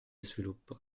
sviluppo